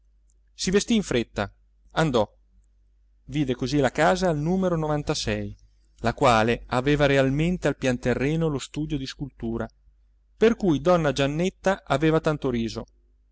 si vestì in fretta andò vide così la casa al numero la quale aveva realmente al pianterreno lo studio di scultura per cui donna giannetta aveva tanto riso